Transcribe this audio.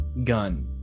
gun